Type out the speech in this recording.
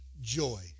joy